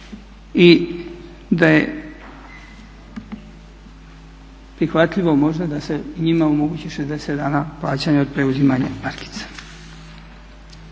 i da je prihvatljivo možda da se njima omogući 60 dana plaćanja od preuzimanja markica.